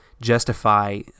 justify